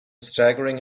staggering